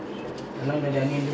தெரில வைங்க:terila vaingga